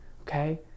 okay